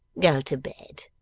go to bed.